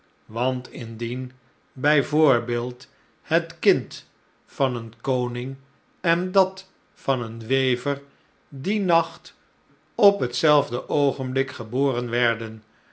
want indien bij voorbeeld het kind van een koning en dat van een wever dien nacht op hetzelfde oogenblik geboren werden